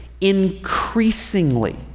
increasingly